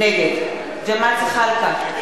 נגד ג'מאל זחאלקה,